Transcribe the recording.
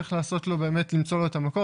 צריך למצוא לו את המקור,